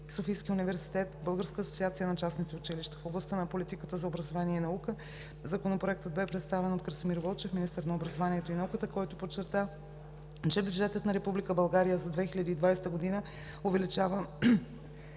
Охридски“, Българската асоциация на частните училища. В областта на политиката за образование и наука Законопроектът бе представен от Красимир Вълчев – министър на образованието и науката, който подчерта, че бюджетът на Република България за 2020 г. увеличава